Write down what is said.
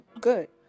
good